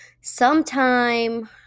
sometime